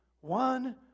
one